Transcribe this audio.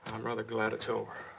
i'm rather glad it's over.